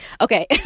Okay